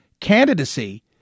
candidacy